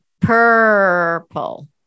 Purple